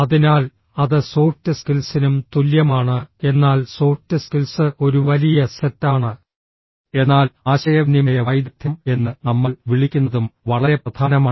അതിനാൽ അത് സോഫ്റ്റ് സ്കിൽസിനും തുല്യമാണ് എന്നാൽ സോഫ്റ്റ് സ്കിൽസ് ഒരു വലിയ സെറ്റാണ് എന്നാൽ ആശയവിനിമയ വൈദഗ്ദ്ധ്യം എന്ന് നമ്മൾ വിളിക്കുന്നതും വളരെ പ്രധാനമാണ്